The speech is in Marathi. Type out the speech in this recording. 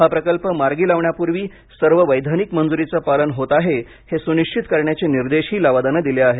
हा प्रकल्प मार्गी लावण्यापूर्वी सर्व वैधानिक मंजुरीचं पालन होत आहे हे सुनिश्वित करण्याचे निर्देशही लवादाने दिले आहेत